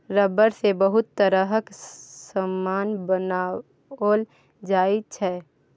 rubber सँ बहुत तरहक समान बनाओल जाइ छै